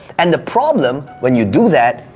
and the problem when you do that,